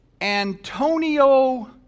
Antonio